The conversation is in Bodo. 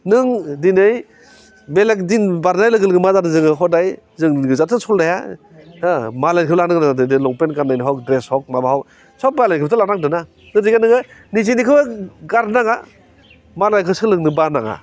नों दिनै बेलेग दिन बारनाय लोगो लोगो मा जादों जोङो हदाय जोंनि गोजाथ' सोलिनो हाया होह मालायनिखौबो लानांगौ दिनै लंपेन्त गान्नायानो हख ड्रेस हख माबा हख सब मालायनिखौथ' लानांदोंना गथिखे नोङो निजिनिखौ गारनो नाङा मालायनिखौ सोलोंनो बानाङा